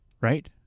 right